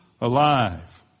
alive